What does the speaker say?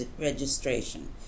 registration